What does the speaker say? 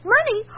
Money